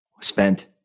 spent